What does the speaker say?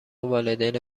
والدین